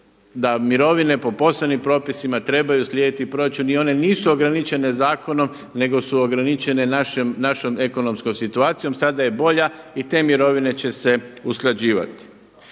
da mirovine po posebnim propisima trebaju slijediti proračun i one i one nisu ograničene zakonom nego su ograničene našom ekonomskom situacijom. Sada je bolja i te mirovine će se usklađivati.